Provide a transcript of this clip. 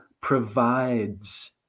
provides